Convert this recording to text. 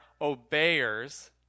obeyers